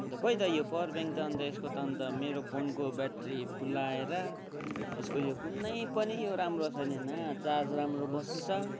अन्त खोइ त यो पावर ब्याङ्क त अन्त यसको त अन्त मेरो फोनको ब्याट्री फुल्लाएर यसको यो कुनै पनि यो राम्रो छैन न चार्ज राम्रो बस्छ